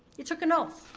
you took an oath.